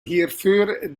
hierfür